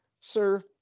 sir